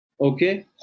okay